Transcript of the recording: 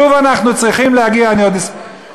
אז שוב אנחנו צריכים להגיע, למה קרתה השואה?